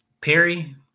Perry